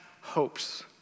hopes